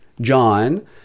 John